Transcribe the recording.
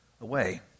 away